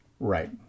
Right